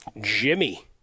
Jimmy